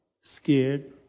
scared